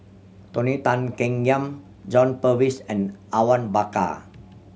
Tony Tan Keng Yam John Purvis and Awang Bakar